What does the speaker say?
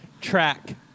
Track